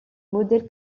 modèle